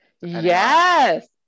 Yes